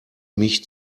mich